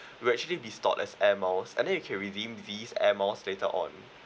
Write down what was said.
will actually be stored as Air Miles and then you can redeem this Air Miles later on